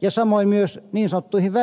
ja samoin myös niin sanottuihin väli ilmansuuntiin